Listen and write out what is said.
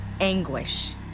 anguish